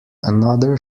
another